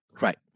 Right